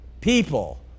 people